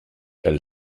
elle